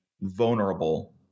vulnerable